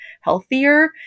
healthier